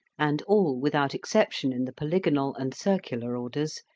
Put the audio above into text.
and all without exception in the polygonal and circular orders,